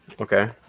Okay